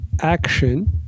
action